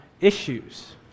issues